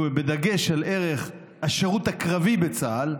בדגש על ערך השירות הקרבי בצה"ל,